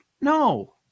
no